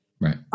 Right